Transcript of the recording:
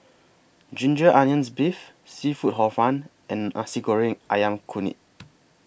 Ginger Onions Beef Seafood Hor Fun and Nasi Goreng Ayam Kunyit